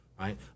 right